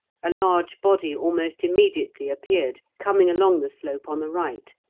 a large body almost immediately appeared, coming along the slope on the right,